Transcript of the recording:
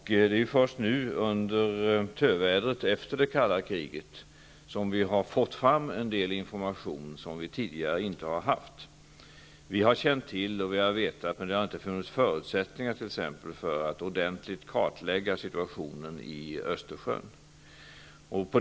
Det är först nu under tövädret efter det kalla kriget som vi har fått fram en del information som vi tidigare inte har haft. Vi har känt till och vi har vetat, men det har funnits förutsättningar t.ex. för att ordentligt kartlägga situationen i Östersjön.